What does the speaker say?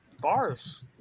Bars